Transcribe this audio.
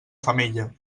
femella